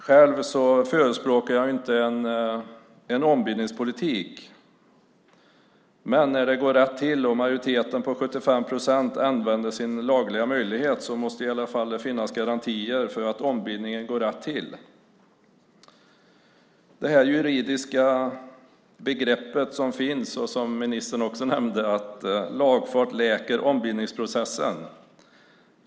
Själv förespråkar jag inte en ombildningspolitik, men när det går rätt till och majoriteten på 75 procent använder sin lagliga möjlighet måste det i alla fall finnas garantier för att ombildningen går rätt till. Jag tänker på det juridiska begrepp som finns och som ministern också nämnde, att lagfart läker ombildningsprocessen.